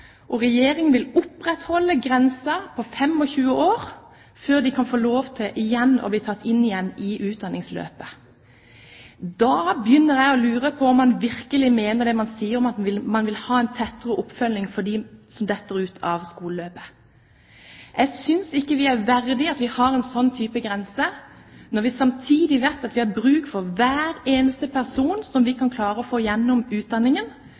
og Regjeringen vil opprettholde grensen på 25 år før de kan få lov til igjen å bli tatt inn igjen i utdanningsløpet. Da begynner jeg å lure på om man virkelig mener det man sier om at man vil ha en tettere oppfølging for dem som detter ut av skoleløpet. Jeg synes ikke det er verdig at en har en sånn type grense, når vi samtidig vet at vi har bruk for hver eneste person som vi kan klare å få gjennom utdanningen, og ikke minst har hver person som kommer gjennom utdanningen,